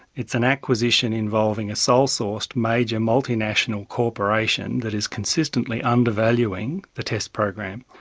it's an acquisition involving a sole sourced major multi-national corporation that is consistently undervaluing the test program,